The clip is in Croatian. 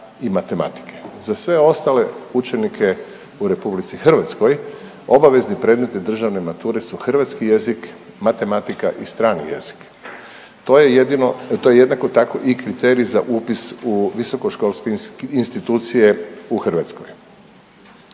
Za sve ostale učenike u RH, obavezni predmeti državne mature su hrvatski jezik, matematika i strani jezik. To je jedino, to je, jednako tako, i kriterij za upis u visokoškolske institucije u Hrvatskoj.